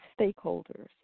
stakeholders